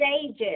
stages